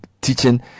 teaching